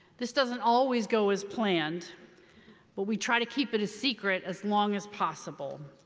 this doesn't always go as planned but we try to keep it a secret as long as possible,